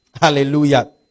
Hallelujah